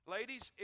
Ladies